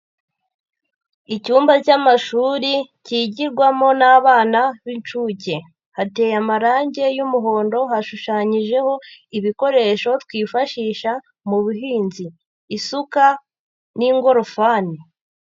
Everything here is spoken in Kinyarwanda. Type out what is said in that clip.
Icyumba cy'amashuri kigirwamo n'abana b'inshuke. Hateye amarangi y'umuhondo hashushanyijeho ibikoresho twifashisha mu buhinzi. Isuka n'ingorofani.